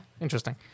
interesting